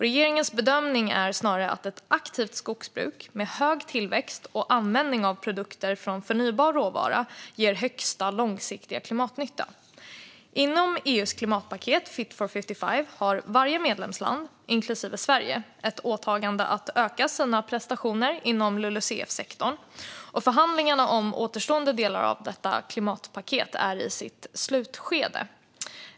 Regeringens bedömning är snarare att ett aktivt skogsbruk med hög tillväxt och användning av produkter från förnybar råvara ger högsta långsiktiga klimatnytta. Inom EU:s klimatpaket Fit for 55 har varje medlemsland, inklusive Sverige, ett åtagande att öka sina prestationer inom LULUCF-sektorn. Förhandlingarna om återstående delar av detta klimatpaket är i sitt slutskede.